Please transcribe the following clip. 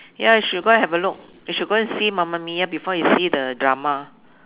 ya you should go and have a look you should go and see Mamma Mia before you see the drama